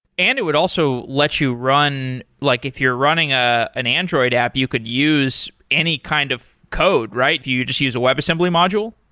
and it would also let you run, like if you're running ah an android app, you could use any kind of code, right? you just use a webassembly module?